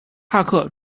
帕克